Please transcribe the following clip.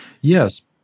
Yes